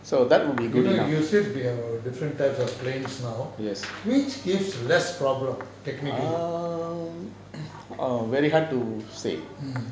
you know you said you have different types of planes now which gives less problems technically